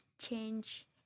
change